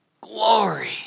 glory